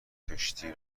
کشتی